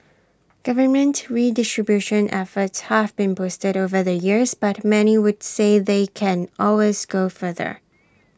government redistribution efforts have been boosted over the years but many would say they can always go further